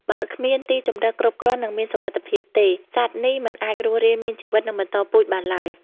បើគ្មានទីជម្រកគ្រប់គ្រាន់ និងមានសុវត្ថិភាពទេ សត្វនេះមិនអាចរស់រានមានជីវិត និងបន្តពូជបានឡើយ។